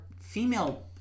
female